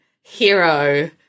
Hero